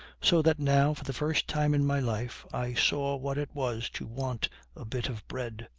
so that now for the first time in my life i saw what it was to want a bit of bread.